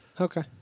Okay